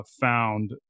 found